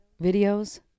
videos